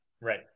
right